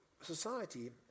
society